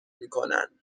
میکنند